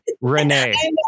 Renee